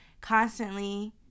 constantly